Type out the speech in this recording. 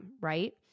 right